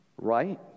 Right